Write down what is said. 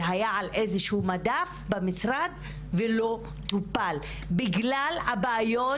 זה היה על איזשהו מדף במשרד ולא טופל בגלל הבעיות